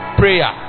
prayer